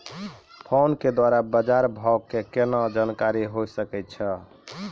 Phone के द्वारा बाज़ार भाव के केना जानकारी होय सकै छौ?